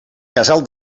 casal